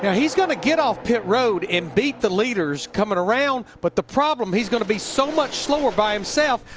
yeah he's going to get off pit road and beat the leaders coming around. but the problem, he's going to be so much slower by himself.